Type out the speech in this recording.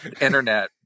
internet